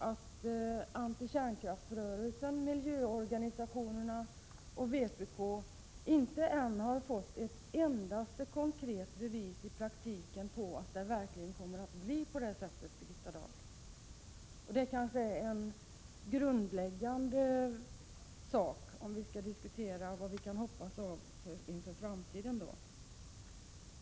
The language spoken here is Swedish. Antikärnkraftsrörelsen, miljöorganisationerna och vpk har faktiskt ännu inte fått ett endaste konkret bevis för att det kommer att bli på det viset, Birgitta Dahl. Att så blir fallet är en grundläggande förutsättning för en diskussion om vad vi kan hoppas på inför framtiden.